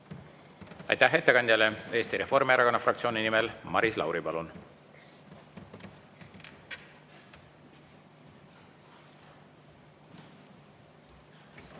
Aitäh ettekandjale! Eesti Reformierakonna fraktsiooni nimel Maris Lauri, palun!